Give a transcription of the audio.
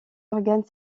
organes